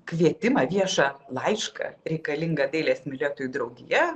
kvietimą viešą laišką reikalinga dailės mylėtojų draugija